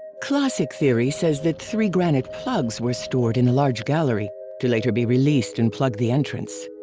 classic theory says that three granite plugs were stored in the large gallery to later be released and plug the entrance.